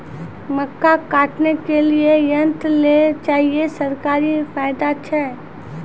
मक्का काटने के लिए यंत्र लेल चाहिए सरकारी फायदा छ?